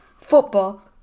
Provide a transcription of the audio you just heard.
Football